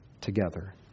together